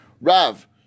Rav